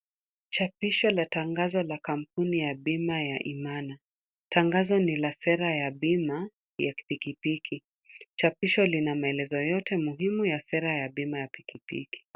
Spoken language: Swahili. Chapisho la tangazo la kampuni ya bima ya imana. Tangazo ni la sera ya bima ya pikipiki. Chapisho lina maelezo yote muhimu ya sera ya bima ya pikiiki.